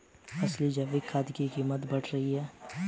असली जैविक खाद की कीमत बढ़ रही है